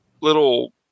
little